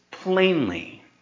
Plainly